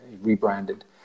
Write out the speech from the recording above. rebranded